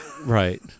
right